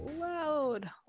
loud